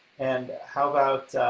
and how about,